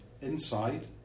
inside